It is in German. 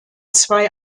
zwei